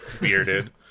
Bearded